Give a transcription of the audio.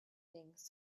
things